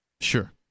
Sure